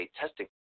testing